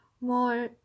more